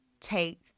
take